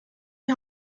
die